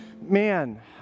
man